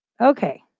Okay